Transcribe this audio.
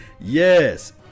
yes